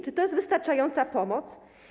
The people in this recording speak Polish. Czy to jest wystarczająca pomoc?